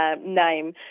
name